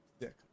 Dick